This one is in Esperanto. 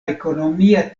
ekonomia